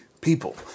people